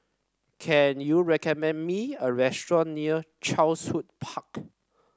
can you recommend me a restaurant near Chatsworth Park